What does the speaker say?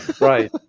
right